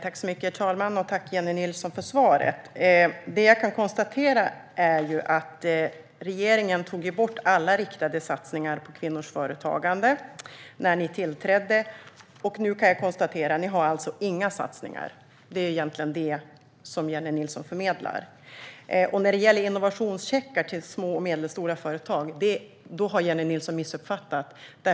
Herr talman! Tack, Jennie Nilsson, för svaret! Jag konstaterar att regeringen tog bort alla riktade satsningar på kvinnors företagande när den tillträdde. Nu har ni inga satsningar. Det är vad Jennie Nilsson förmedlar. När det gäller innovationscheckar till små och medelstora företag har Jennie Nilsson missuppfattat.